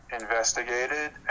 investigated